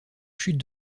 chute